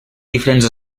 diferents